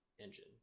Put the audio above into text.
engine